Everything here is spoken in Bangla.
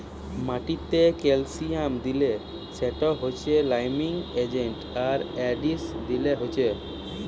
মাটিতে ক্যালসিয়াম দিলে সেটা হচ্ছে লাইমিং এজেন্ট আর অ্যাসিড দিলে হচ্ছে